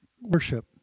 worship